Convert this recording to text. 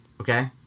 Okay